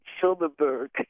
Silverberg